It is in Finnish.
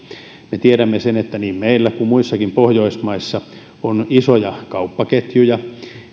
me tiedämme sen että niin meillä kuin muissakin pohjoismaissa on isoja kauppaketjuja